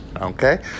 Okay